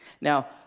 Now